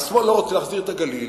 השמאל לא רוצה להחזיר את הגליל,